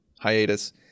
hiatus